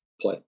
play